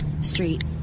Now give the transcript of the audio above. Street